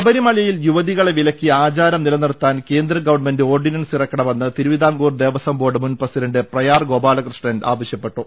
ശബരിമലയിൽ യുവതികളെ വിലക്കി ആചാരം നിലനിർത്താൻ കേന്ദ്ര ഗവൺമെന്റ് ഓർഡിനൻസ് ഇറക്കണമെന്ന് തിരുവിതാംകൂർ ദേവസ്വം ബോർഡ് മുൻ പ്രസിഡന്റ് പ്രയാർ ഗോപാലകൃഷ്ണൻ ആവശ്യപ്പെട്ടു